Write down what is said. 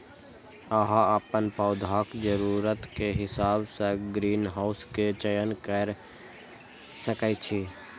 अहां अपन पौधाक जरूरत के हिसाब सं ग्रीनहाउस के चयन कैर सकै छी